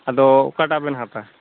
ᱟᱫᱚ ᱚᱠᱟᱴᱟᱜ ᱵᱮᱱ ᱦᱟᱛᱟᱣᱟ